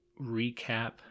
recap